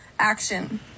action